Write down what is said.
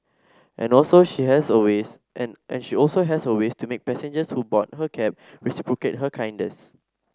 and also she has her ways and and she also has her ways to make passengers who board her cab reciprocate her kindness